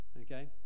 okay